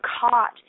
caught